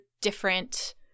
different